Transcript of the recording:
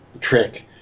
trick